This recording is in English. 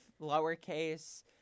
lowercase